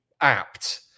apt